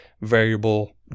variable